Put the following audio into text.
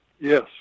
Yes